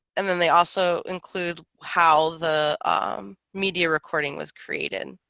and then they also include how the um media recording was created